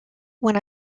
when